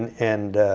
and